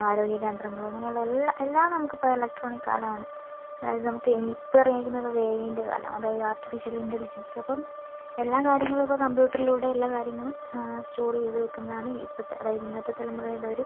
ആരോഗ്യ കേന്ദ്രങ്ങൾ അങ്ങനെയുള്ള എല്ലാ എല്ലാം നമുക്കിപ്പോൾ ഇലക്ട്രോണിക് കാലമാണ് അതായത് നമുക്ക് എനിയിപ്പം ഇറങ്ങിയിരിക്കുന്നത് അത് എ ഐൻ്റെ കാലം അതായത് ആർട്ടിഫിഷ്യൽ ഇൻ്റലിജൻസ് അപ്പം എല്ലാ കാര്യങ്ങളും ഇപ്പം കമ്പ്യൂട്ടറിലൂടെ എല്ലാ കാര്യങ്ങളും സ്റ്റോറ് ചെയ്ത് വയ്ക്കുന്നതാണ് ഇപ്പോഴത്തെ അതായത് ഇന്നത്തെ തലമുറയുടെ ഒരു